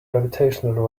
gravitational